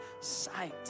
sight